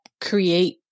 create